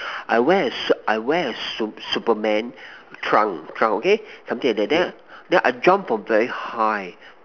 I wear a shirt I wear a Su~ Superman trunk trunk okay something like that then I then I jump from very high